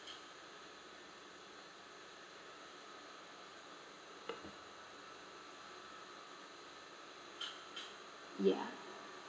ya